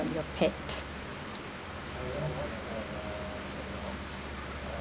of your pet